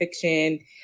fiction